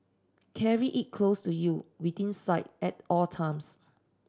carry it close to you within sight at all times